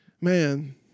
man